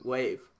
Wave